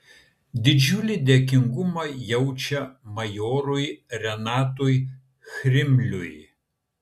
didžiulį dėkingumą jaučia majorui renatui chrimliui